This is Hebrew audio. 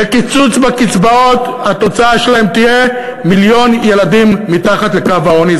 וקיצוץ בקצבאות התוצאה שלו תהיה מיליון ילדים מתחת לקו העוני.